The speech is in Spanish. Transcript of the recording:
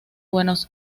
buenos